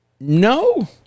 no